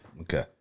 Okay